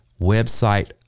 website